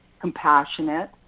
compassionate